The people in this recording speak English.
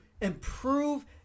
improve